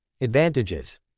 advantages